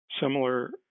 similar